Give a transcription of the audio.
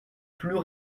plus